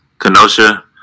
Kenosha